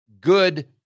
good